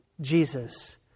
Jesus